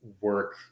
work